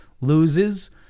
loses